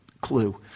clue